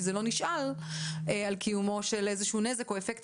זה עוד לא נשאל על קיומו של איזה שהוא נזק או אפקט